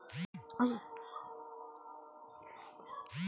ವಿದೇಶಿಯ ವ್ಯಾಪಾರ ಬಂಡವಾಳ ಅಂದರೆ ಏನ್ರಿ?